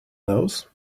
nose